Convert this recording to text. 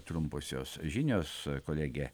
trumposios žinios kolegė